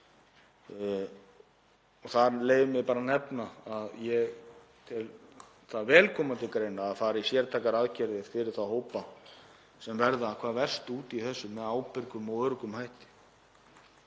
á. Þar leyfi ég mér að nefna að ég tel það vel koma til greina að fara í sértækar aðgerðir fyrir þá hópa sem verða hvað verst úti í þessu með ábyrgum og öruggum hætti.